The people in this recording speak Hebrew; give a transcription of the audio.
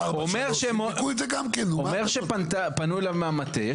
אומר שפנו אליו מהמטה.